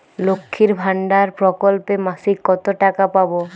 লক্ষ্মীর ভান্ডার প্রকল্পে মাসিক কত টাকা পাব?